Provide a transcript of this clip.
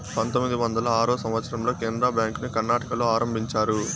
పంతొమ్మిది వందల ఆరో సంవచ్చరంలో కెనరా బ్యాంకుని కర్ణాటకలో ఆరంభించారు